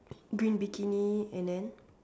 green bikini and then